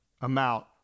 amount